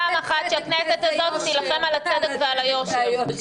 פעם אחת שהכנסת הזאת תלחם על הצדק ועל היושר.